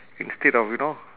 instead of you know